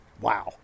wow